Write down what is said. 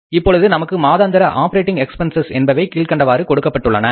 இப்பொழுது நமக்கு மாதாந்திர ஆப்பரேட்டிங் எக்ஸ்பென்ஸஸ் என்பவை கீழ்க்கண்டவாறு கொடுக்கப்பட்டுள்ளன